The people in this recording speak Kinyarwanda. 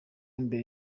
mbere